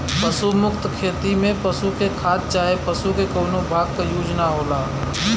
पशु मुक्त खेती में पशु के खाद चाहे पशु के कउनो भाग क यूज ना होला